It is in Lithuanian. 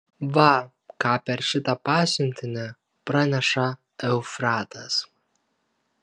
va ką per šitą pasiuntinį praneša eufratas